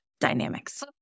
dynamics